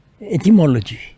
etymology